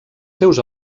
seus